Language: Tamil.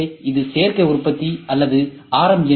எனவே இது சேர்க்கை உற்பத்தி அல்லது ஆர்